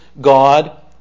God